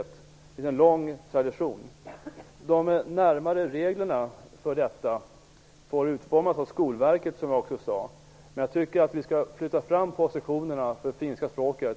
Det finns här en lång tradition. De närmare reglerna för detta får, som jag också sade, utformas av Skolverket. Jag tycker alltså att vi i jämförelse med vad som gäller i dag skall flytta fram positionerna för finska språket.